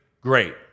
great